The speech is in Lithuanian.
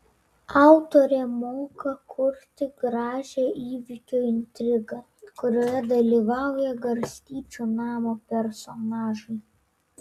autorė moka kurti gražią įvykio intrigą kurioje dalyvauja garstyčių namo personažai